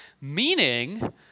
meaning